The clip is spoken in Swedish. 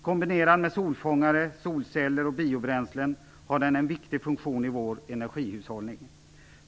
Kombinerad med solfångare, solceller och biobränslen har den en viktig funktion i vår energihushållning.